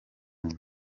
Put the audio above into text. nda